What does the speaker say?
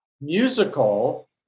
musical